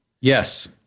Yes